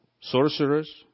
Sorcerers